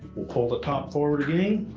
we'll pull the top forward again.